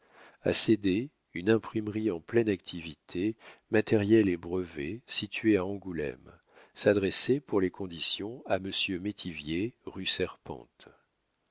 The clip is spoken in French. a céder une imprimerie en pleine activité matériel et brevet située à angoulême s'adresser pour les conditions à monsieur métivier rue serpente